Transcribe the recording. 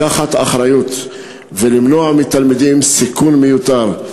לקחת אחריות ולמנוע מתלמידים סיכון מיותר.